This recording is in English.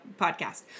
podcast